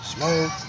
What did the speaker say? Smoke